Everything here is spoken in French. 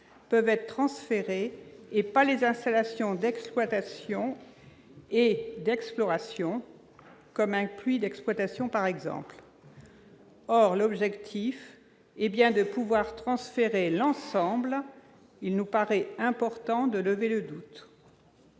peuvent être transférées, et pas les installations d'exploitation et d'exploration, tel un puits d'exploitation par exemple. Or l'objectif est bien de pouvoir transférer l'ensemble : il nous paraît important de lever le doute.